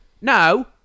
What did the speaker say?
No